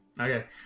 Okay